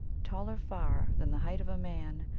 taller far than the height of man,